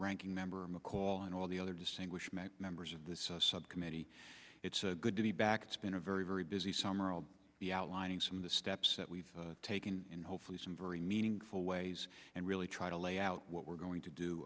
ranking member mccall and all the other distinguished members of the subcommittee it's good to be back it's been a very very busy summer outlining some of the steps that we've taken and hopefully some very meaningful ways and really try to lay out what we're going to do